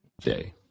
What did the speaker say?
day